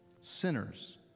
sinners